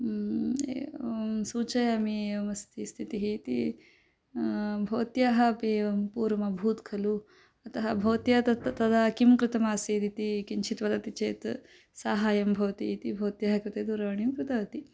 एवं सूचयामि एवमस्ति स्थितिः इति भवत्याः अपि एवं पूर्वमभूत् खलु अतः भवत्या तत् तदा किं कृतमासीदिति किञ्चित् वदति चेत् साहाय्यं भवति इति भवत्याः कृते दूरवाणीं कृतवती